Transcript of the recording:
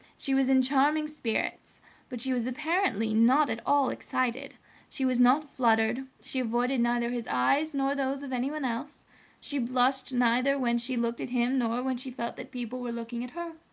she was in charming spirits but she was apparently not at all excited she was not fluttered she avoided neither his eyes nor those of anyone else she blushed neither when she looked at him nor when she felt that people were looking at her.